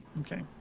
okay